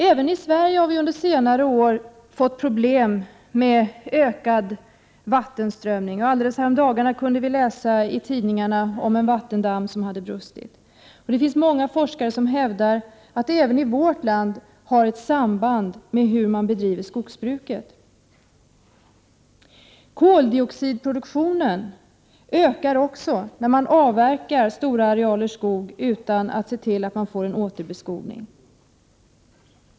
Även i Sverige har vi under senare år fått problem med ökad vattenströmning. Häromdagen kunde vi läsa i tidningarna om en vattendamm som hade brustit. Det finns många forskare som hävdar att det även i vårt land finns ett samband mellan sådana följder och hur man bedriver skogsbruk. Koldioxidproduktionen ökar när man avverkar stora arealer skog utan att man ser till att det blir en återbeskogning.